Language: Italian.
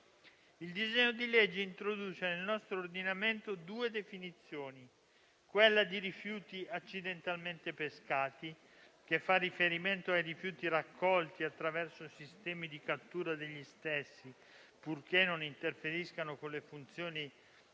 Il disegno di legge introduce nel nostro ordinamento due definizioni: quella di rifiuti accidentalmente pescati, che fa riferimento ai rifiuti raccolti attraverso sistemi di cattura degli stessi, purché non interferiscano con le funzioni